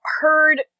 heard